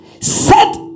set